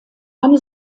eine